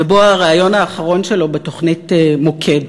ובו הריאיון האחרון שלו בתוכנית "מוקד"